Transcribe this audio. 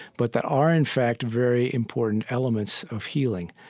but that are in fact very important elements of healing.